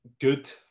good